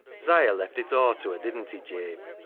siah left it aw to her, didn't he, jabe?